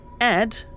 Ed